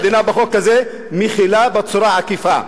המדינה בחוק הזה מחילה בצורה עקיפה,